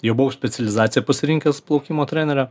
jau buvo specializaciją pasirinkęs plaukimo trenerio